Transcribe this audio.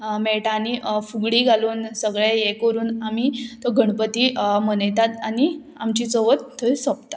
मेळटा आनी फुगडी घालून सगळे हें करून आमी तो गणपती मनयतात आनी आमची चवथ थंय सोंपतात